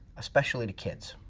especially to kids.